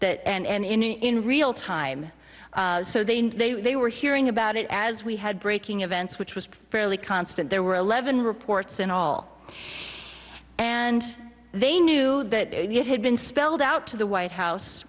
that and in in real time so they knew they were hearing about it as we had breaking events which was fairly constant there were eleven reports and all and they knew that it had been spelled out to the white house